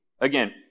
again